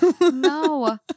No